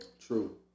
True